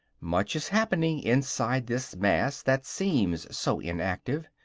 much is happening inside this mass that seems so inactive,